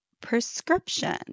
prescription